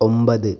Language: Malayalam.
ഒമ്പത്